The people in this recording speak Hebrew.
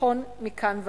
לבחון מכאן והלאה.